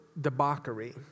debauchery